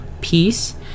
peace